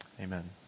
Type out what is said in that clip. Amen